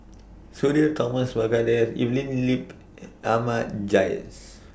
Sudhir Thomas Vadaketh Evelyn Lip and Ahmad Jais